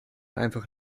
einfach